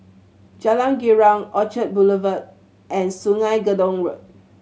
Jalan Girang Orchard Boulevard and Sungei Gedong Road